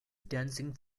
dancing